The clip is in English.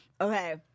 Okay